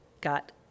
got